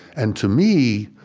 and to me,